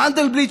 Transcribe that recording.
מנדלבליט,